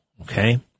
okay